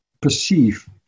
perceive